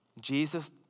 Jesus